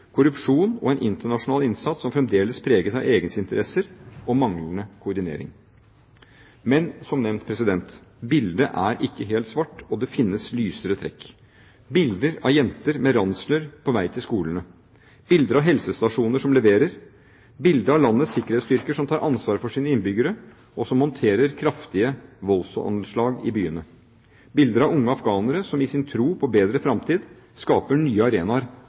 korrupsjon og en internasjonal innsats som fremdeles preges av egeninteresser og manglende koordinering. Men som nevnt er ikke bildet helt svart. Det finnes lysere trekk: bilder av jenter med ransler på vei til skolene, bilder av helsestasjoner som leverer, bilder av landets sikkerhetsstyrker som tar ansvar for sine innbyggere, og som håndterer kraftige voldsanslag i byene, og bilder av unge afghanere som i sin tro på en bedre fremtid skaper nye arenaer